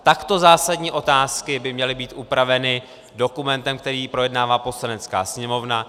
Takto zásadní otázky by měly být upraveny dokumentem, který projednává Poslanecká sněmovna.